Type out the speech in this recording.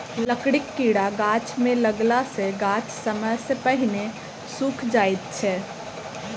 लकड़ीक कीड़ा गाछ मे लगला सॅ गाछ समय सॅ पहिने सुइख जाइत छै